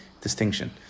distinction